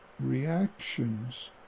reactions